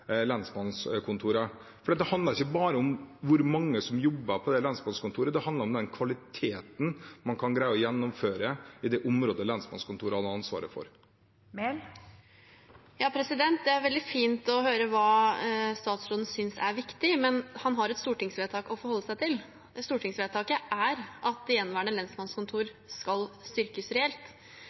lensmannskontoret, det handler om den kvaliteten man kan greie å gjennomføre i det området lensmannskontoret hadde ansvaret for. Det er veldig fint å høre hva statsråden synes er viktig, men han har et stortingsvedtak å forholde seg til, og det stortingsvedtaket er at de gjenværende lensmannskontorene skal styrkes reelt.